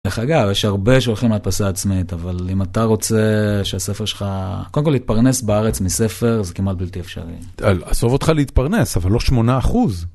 דרך אגב, יש הרבה שהולכים להדפסה עצמית, אבל אם אתה רוצה שהספר שלך, קודם כל להתפרנס בארץ מספר, זה כמעט בלתי אפשרי. עזוב אותך להתפרנס, אבל לא 8%.